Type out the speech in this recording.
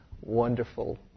wonderful